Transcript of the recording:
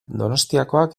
donostiakoak